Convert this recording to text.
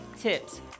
Tips